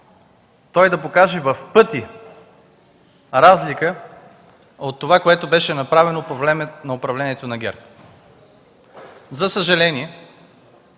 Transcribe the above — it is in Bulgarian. той да покаже в пъти разлика от това, което беше направено по време на управлението на ГЕРБ. За съжаление,